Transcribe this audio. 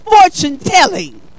fortune-telling